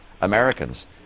Americans